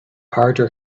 harder